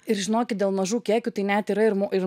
ir žinokit dėl mažų kiekių tai net yra ir ir